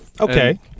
okay